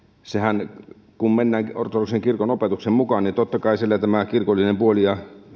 kun mennään ortodoksisen kirkon opetuksen mukaan niin totta kai siellä tämä kirkollinen puoli ja